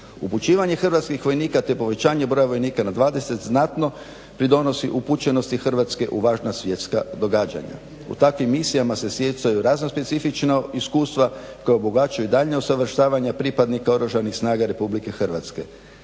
upućivanje hrvatskih vojnika te povećanje broja vojnika na 20 znatno pridonosi upućenosti Hrvatske u važna svjetska događanja. U takvim misijama se stjecaju razna specifična iskustva koja obuhvaćaju daljnja usavršavanja pripadnika oružanih snaga RH. isto tako